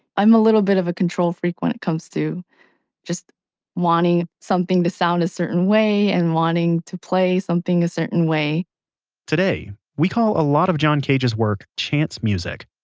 i'm a little bit of a control freak when it comes to just wanting something to sound a certain way and wanting to play something a certain way today we call a lot of john cage's work chance music.